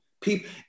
people